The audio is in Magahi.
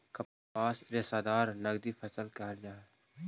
कपास रेशादार नगदी फसल कहल जा हई